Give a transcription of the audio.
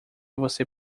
você